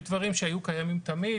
יש דברים שהיו קיימים תמיד,